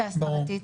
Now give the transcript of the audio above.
ההסברתית,